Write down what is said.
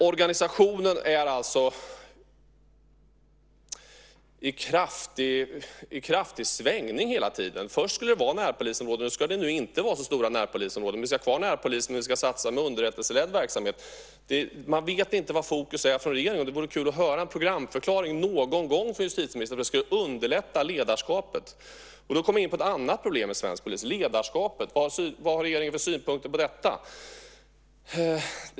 Organisationen är hela tiden i kraftig svängning. Först skulle det vara närpolisområden; nu ska det inte vara så stora närpolisområden. Vi ska alltså ha kvar närpolisen, men vi ska satsa på underrättelseledd verksamhet. Man vet inte vilket som är regeringens fokus. Det vore kul att någon gång höra en programförklaring från justitieministern. Det skulle underlätta ledarskapet. Då kommer vi in på ett annat problem med svensk polis: ledarskapet. Vad har regeringen för synpunkter på detta?